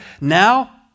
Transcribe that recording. Now